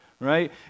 Right